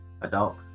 adult